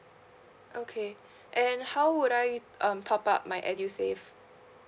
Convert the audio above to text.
okay and how would I um top up my edusave